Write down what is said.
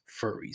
furries